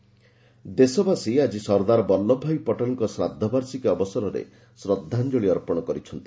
ସର୍ଦ୍ଦାର ପଟେଲ ଦେଶବାସୀ ଆଜି ସର୍ଦ୍ଦାର ବଲ୍ଲଭବାଇ ପଟେଲଙ୍କ ଶ୍ରାଦ୍ଧବାର୍ଷିକ ଅବସରରେ ଶ୍ରଦ୍ଧାଞ୍ଜଳୀ ଅର୍ପଣ କରିଛନ୍ତି